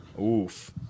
Oof